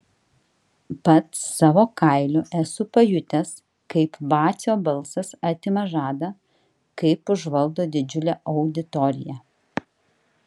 pats savo kailiu esu pajutęs kaip vacio balsas atima žadą kaip užvaldo didžiulę auditoriją